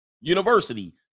University